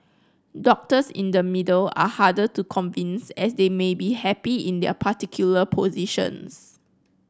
doctors in the middle are harder to convince as they may be happy in their particular positions